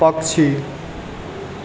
पक्षी